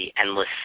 endless